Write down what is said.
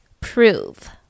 prove